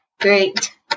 Great